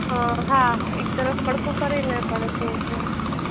અ હા એક તરફ પડખું ફરીને પણ સૂવું છું